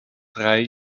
drei